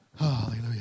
Hallelujah